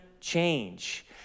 change